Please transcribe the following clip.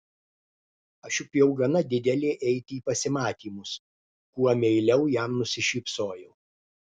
aš juk jau gana didelė eiti į pasimatymus kuo meiliau jam nusišypsojau